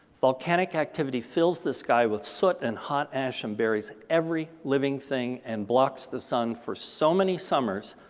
volcanic activity fills the sky with soot and hot ash and buries every living thing and blocks the sun for so many summers,